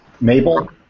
Mabel